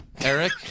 Eric